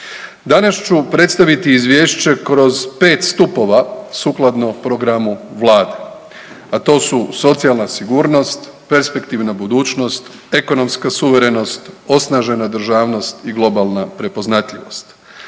Danas ću predstaviti Izvješće kroz 5 stupova sukladno programu Vlade, a to su socijalna sigurnost, perspektivna budućnost, ekonomska suverenost, osnažena državnost i globalna prepoznatljivost.